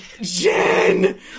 Jen